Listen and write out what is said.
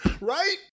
right